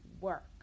work